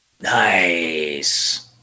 Nice